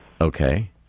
Okay